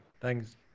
Thanks